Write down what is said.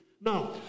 now